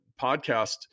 podcast